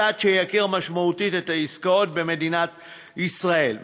צעד שייקר משמעותית את העסקאות במדינת ישראל.